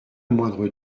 moindre